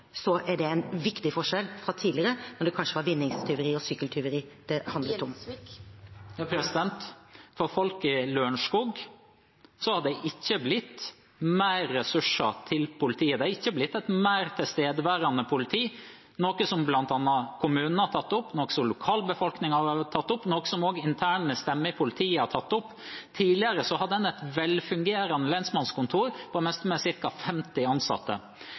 er det en viktig forskjell fra tidligere, da det kanskje var vinningstyveri og sykkeltyveri det handlet om. For folk i Lørenskog har det ikke blitt mer ressurser til politiet, det har ikke blitt et mer tilstedeværende politi, noe som bl.a. kommunen har tatt opp, noe som lokalbefolkningen har tatt opp, noe som også interne stemmer i politiet har tatt opp. Tidligere hadde en et velfungerende lensmannskontor, på det meste med ca. 50 ansatte.